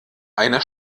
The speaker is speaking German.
einer